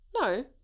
No